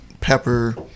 pepper